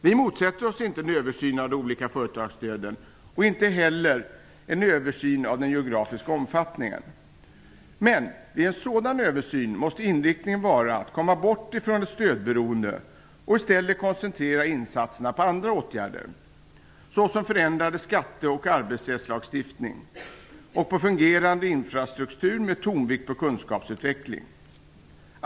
Vi motsätter oss inte en översyn av de olika företagsstöden och inte heller en översyn av den geografiska omfattningen. Men vid en sådan översyn måste inriktningen vara att komma bort ifrån ett stödberoende och i stället koncentrera insatserna på andra åtgärder, såsom förändrad skatte och arbetsrättslagstiftning och på fungerande infrastruktur med tonvikt på kunskapsutveckling.